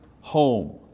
home